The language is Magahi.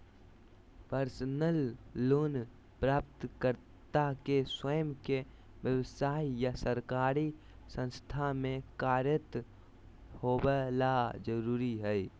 पर्सनल लोन प्राप्तकर्ता के स्वयं के व्यव्साय या सरकारी संस्था में कार्यरत होबे ला जरुरी हइ